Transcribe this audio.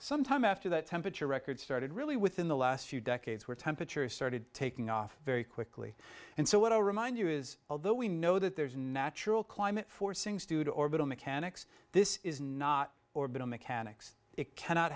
some time after that temperature record started really within the last few decades where temperatures started taking off very quickly and so what i'll remind you is although we know that there's a natural climate forcings due to orbital mechanics this is not orbital mechanics it cannot